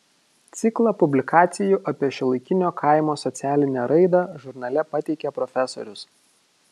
ciklą publikacijų apie šiuolaikinio kaimo socialinę raidą žurnale pateikė profesorius